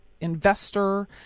investor